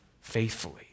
faithfully